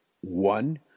One